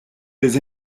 des